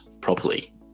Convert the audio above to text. properly